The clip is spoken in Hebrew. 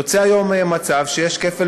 יוצא היום מצב שיש כפל